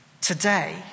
today